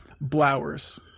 Blowers